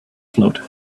float